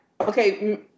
Okay